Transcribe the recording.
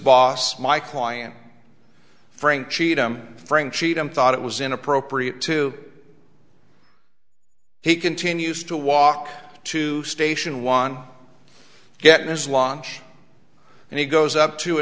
boss my client frank cheatham frank cheatham thought it was inappropriate to he continues to walk to station one get this launch and he goes up to a